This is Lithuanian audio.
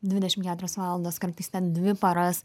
dvidešim keturias valandas kartais ten dvi paras